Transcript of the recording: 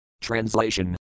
Translation